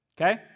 Okay